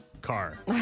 car